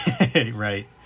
right